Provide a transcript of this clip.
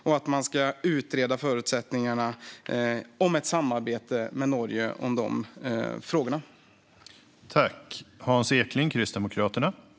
Dessutom ska förutsättningarna för ett samarbete med Norge i de frågorna utredas.